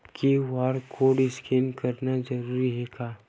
QR code scan करना जरूरी हे का?